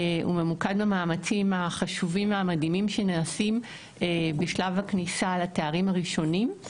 הוא ממוקד במאמצים החשובים והמדהים שנעשים בשלב הכניסה לתארים הראשונים.